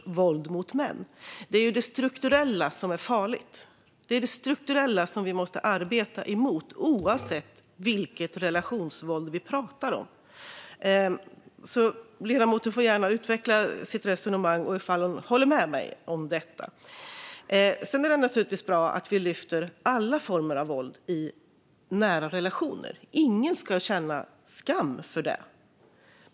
Det är det strukturella som är farligt och som vi måste arbeta emot, oavsett vilket relationsvåld vi pratar om. Ledamoten får gärna utveckla sitt resonemang och tala om ifall hon håller med mig om detta. Det är naturligtvis bra att vi lyfter fram alla former av våld i nära relationer. Ingen ska känna skam för det.